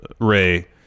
Ray